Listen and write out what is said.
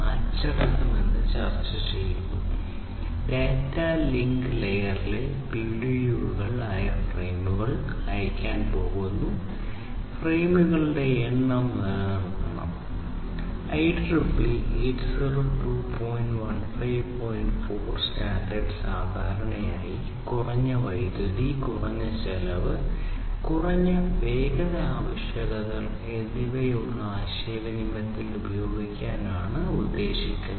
4 standard സാധാരണയായി കുറഞ്ഞ വൈദ്യുതി കുറഞ്ഞ ചിലവ് കുറഞ്ഞ വേഗത ആവശ്യകതകൾ എന്നിവയുള്ള ആശയവിനിമയത്തിൽ ഉപയോഗിക്കാനാണ് ഉദ്ദേശിക്കുന്നത്